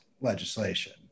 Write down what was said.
legislation